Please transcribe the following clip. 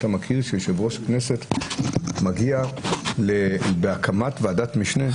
אתה מכיר מצב שבו יו"ר הכנסת מגיע להקמת ועדת משנה?